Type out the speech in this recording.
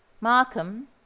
markham